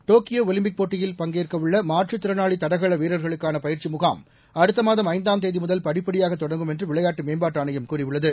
Tokyo Olympic போட்டியில் பங்கேற்க உள்ள மாற்றுத்திறனாளி தடகள வீரர்களுக்கான பயற்சி முகாம் அடுத்த மாதம் ஐந்தாம் தேதி முதல் படிப்படியாக தொடங்கும் என்று விளையாட்டு மேம்பாட்டு ஆனையம் கூறியுள்ளது